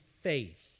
faith